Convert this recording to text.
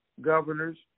governors